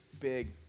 big